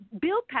Bill